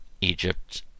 egypt